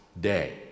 day